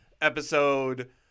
episode